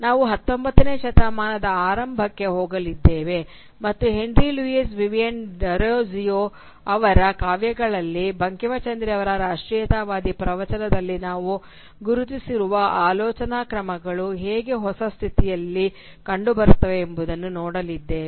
ನಾವು 19 ನೇ ಶತಮಾನದ ಆರಂಭಕ್ಕೆ ಹೋಗಲಿದ್ದೇವೆ ಮತ್ತು ಹೆನ್ರಿ ಲೂಯಿಸ್ ವಿವಿಯನ್ ಡೆರೋಜಿಯೊ ಅವರ ಕಾವ್ಯಗಳಲ್ಲಿ ಬಂಕಿಂಚಂದ್ರ ಅವರ ರಾಷ್ಟ್ರೀಯತಾವಾದಿ ಪ್ರವಚನದಲ್ಲಿ ನಾವು ಗುರುತಿಸಿರುವ ಆಲೋಚನಾ ಕ್ರಮಗಳು ಹೇಗೆ ಹೊಸ ಸ್ಥಿತಿಯಲ್ಲಿ ಕಂಡುಬರುತ್ತವೆ ಎಂಬುದನ್ನು ನೋಡಲಿದ್ದೇವೆ